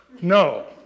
No